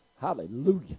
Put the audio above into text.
Hallelujah